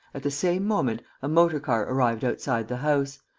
at the same moment, a motor-car arrived outside the house.